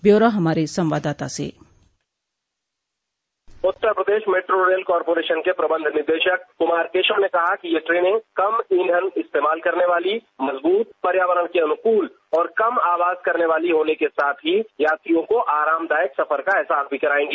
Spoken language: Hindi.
ब्यौरा हमारे संवाददाता से Uttar Pradesh metro rail corporation के रेल प्रबंध निदेशक कुमार केशव ने कहा कि ये ट्रेनें कम ईंधन इस्तेमाल करने वाली मजबूत पर्यावरण के अनुकूल और कम आवाज करने वाली होने के साथ ही यात्रियों को आरामदायक सफर का अहसास भी करायेंगी